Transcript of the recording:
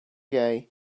guy